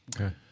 Okay